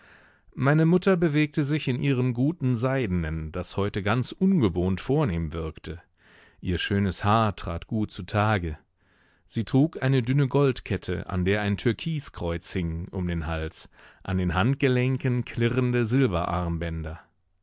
meine mutter bewegte sich in ihrem guten seidenen das heute ganz ungewohnt vornehm wirkte ihr schönes haar trat gut zutage sie trug eine dünne goldkette an der ein türkiskreuz hing um den hals an den handgelenken klirrende silberarmbänder